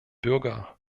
bürger